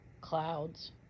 Clouds